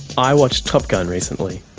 i watched top gun recently.